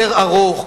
יותר ארוך,